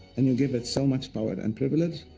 and you give it so much power and privilege,